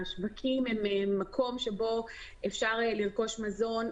השווקים הם מקום שבו אפשר לרכוש מזון,